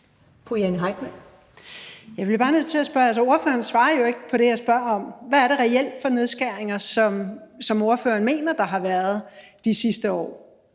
Jeg bliver bare nødt til at spørge om noget. Altså, ordføreren svarer jo ikke på det, jeg spørger om. Hvad er det reelt for nedskæringer, som ordføreren mener at der har været de sidste år?